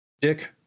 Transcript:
Dick